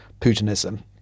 Putinism